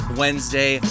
wednesday